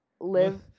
live